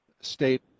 state